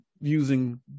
using